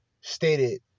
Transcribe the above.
stated